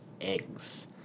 eggs